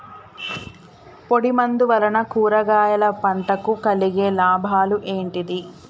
పొడిమందు వలన కూరగాయల పంటకు కలిగే లాభాలు ఏంటిది?